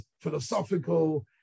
philosophical